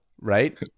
right